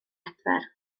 adfer